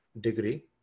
degree